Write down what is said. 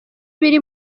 biri